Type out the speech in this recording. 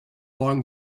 long